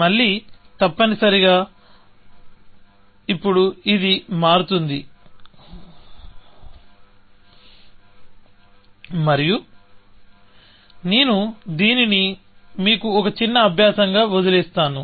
మళ్ళీ తప్పనిసరిగా ఇప్పుడు ఇది మారుతుంది మరియు నేను దీనిని మీకు ఒక చిన్న అభ్యాసం గా వదిలివేస్తాను